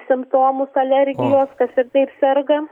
simptomus alergijos kas ir taip serga